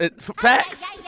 Facts